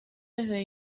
desde